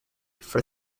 for